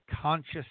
conscious